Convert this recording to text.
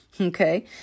Okay